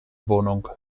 wohnung